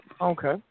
Okay